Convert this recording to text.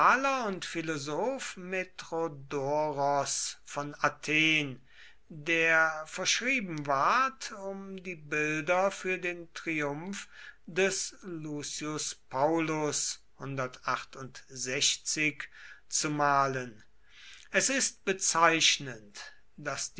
und philosoph metrodoros von athen der verschrieben ward um die bilder für den triumph des lucius paullus zu malen es ist bezeichnend daß